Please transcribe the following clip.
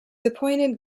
appointed